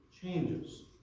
changes